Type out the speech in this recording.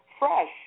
fresh